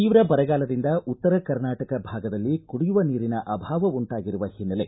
ತೀವ್ರ ಬರಗಾಲದಿಂದ ಉತ್ತರ ಕರ್ನಾಟಕ ಭಾಗದಲ್ಲಿ ಕುಡಿಯುವ ನೀರಿನ ಅಭಾವ ಉಂಟಾಗಿರುವ ಹಿನ್ನೆಲೆ